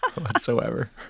whatsoever